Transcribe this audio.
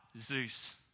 Zeus